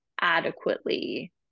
adequately